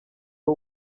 ari